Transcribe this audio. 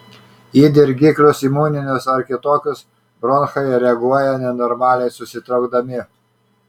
į dirgiklius imuninius ar kitokius bronchai reaguoja nenormaliai susitraukdami